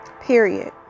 Period